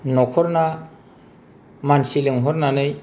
न'खरना मानसि लिंहरनानै